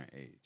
age